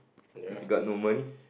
cause you got no money